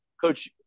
coach